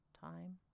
time